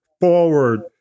forward